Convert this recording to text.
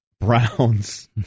browns